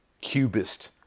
cubist